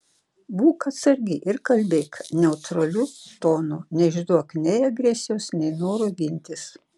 būk atsargi ir kalbėk neutraliu tonu neišduok nei agresijos nei noro gintis